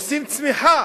עושים צמיחה.